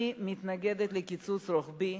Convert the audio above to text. אני מתנגדת לקיצוץ רוחבי.